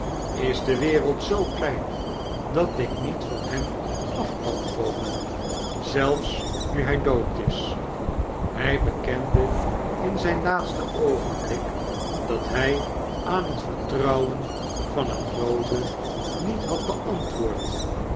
is de wereld zoo klein dat ik niet van hem af kan komen zelfs nu hy dood is hy bekende in zyn laatste oogenblik dat hy aan het vertrouwen van een doode niet had beantwoord